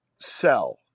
sell